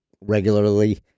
regularly